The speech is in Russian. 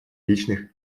личных